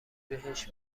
بهش